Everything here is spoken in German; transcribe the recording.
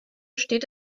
steht